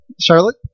Charlotte